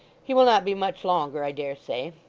he will not be much longer, i dare say